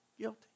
Guilty